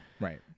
right